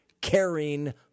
caring